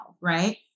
right